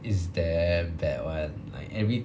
is damn bad [one] like ev~